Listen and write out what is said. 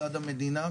מצד המדינה,